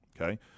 okay